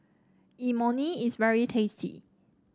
Imoni is very tasty